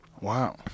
Wow